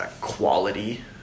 quality